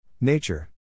Nature